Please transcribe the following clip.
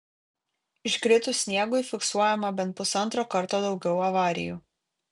iškritus sniegui fiksuojama bent pusantro karto daugiau avarijų